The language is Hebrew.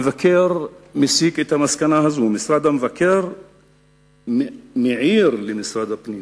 משרד המבקר הסיק את המסקנה הזאת: משרד המבקר מעיר למשרד הפנים